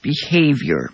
behavior